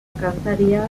kantaria